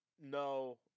No